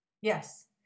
Yes